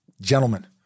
Gentlemen